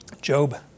Job